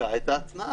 בחקיקה את ההתנעה.